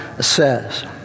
says